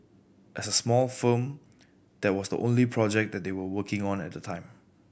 as a small firm that was the only project that they were working on at the time